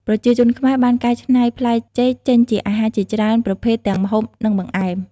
ប្រជាជនខ្មែរបានកែច្នៃផ្លែចេកចេញជាអាហារជាច្រើនប្រភេទទាំងម្ហូប និងបង្អែម។